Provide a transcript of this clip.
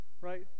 right